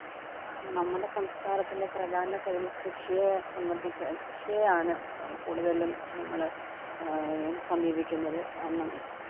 നമ്മുടെ സംസ്കാരത്തിലെ പ്രധാന തൊഴില് കൃഷിയെ സംബന്ധിച്ച് കൃഷിയെ ആണ് കൂടുതലും നമ്മൾ സമീപിക്കുന്നത് കാരണം